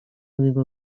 niego